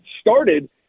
started